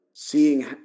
seeing